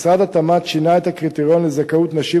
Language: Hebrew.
משרד התמ"ת שינה את הקריטריון לזכאות נשים